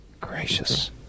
Gracious